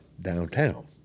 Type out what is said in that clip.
downtown